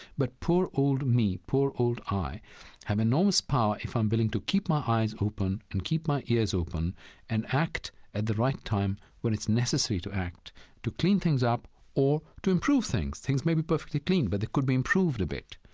but poor old me, poor old i have enormous power if i'm willing to keep my eyes open and keep my ears open and act at the right time when it's necessary to act to clean things up or to improve things. things may be perfectly clean, but they could be improved a bit.